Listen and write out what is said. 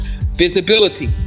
visibility